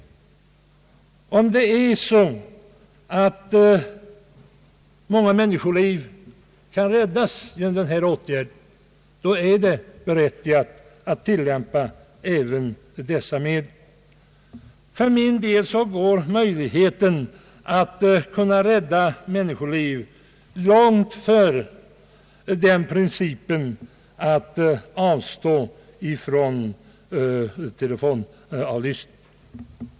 Om många människoliv kan räddas är det berättigat att tillämpa även detta medel. Möjligheten att rädda människoliv går för mig långt före principen att avstå från telefonavlyssning.